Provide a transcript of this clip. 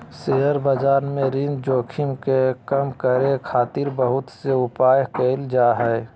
share बाजार में ऋण जोखिम के कम करे खातिर बहुत से उपाय करल जा हय